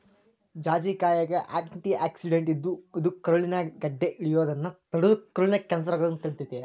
ಜಾಜಿಕಾಯಾಗ antioxidant ಇದ್ದು, ಇದು ಕರುಳಿನ್ಯಾಗ ಗಡ್ಡೆ ಬೆಳಿಯೋದನ್ನ ತಡದು ಕರುಳಿನ ಕ್ಯಾನ್ಸರ್ ಆಗದಂಗ ತಡಿತೇತಿ